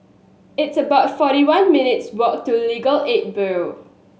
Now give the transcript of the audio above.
it's about forty one minutes' walk to Legal Aid Bureau